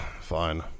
Fine